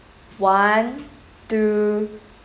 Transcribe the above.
one two